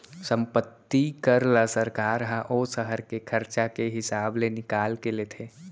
संपत्ति कर ल सरकार ह ओ सहर के खरचा के हिसाब ले निकाल के लेथे